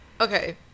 Okay